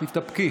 תתאפקי.